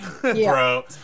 bro